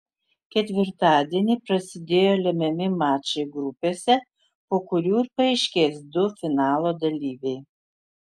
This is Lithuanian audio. ketvirtadienį prasidėjo lemiami mačai grupėse po kurių ir paaiškės du finalo dalyviai